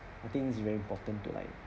I think it's very important to like